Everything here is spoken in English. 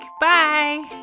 bye